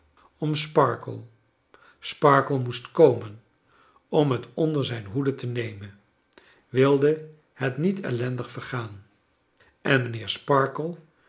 om sparkkleine dorrit ler sparkler moest komen om het onder zijn hoede te nemen wilde het niet ellendig vergaan en mijnheer sparkler